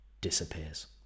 disappears